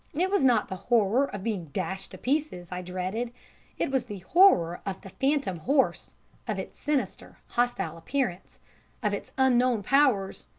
it was not the horror of being dashed to pieces i dreaded it was the horror of the phantom horse of its sinister, hostile appearance of its unknown powers.